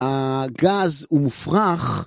הגז הוא מופרח